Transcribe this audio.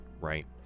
right